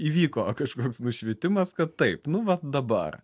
įvyko kažkoks nušvitimas kad taip nu vat dabar